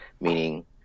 meaning